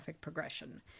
progression